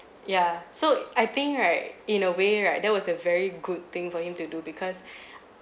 yeah so I think right in a way right that was a very good thing for him to do because